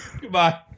goodbye